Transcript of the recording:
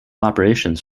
operations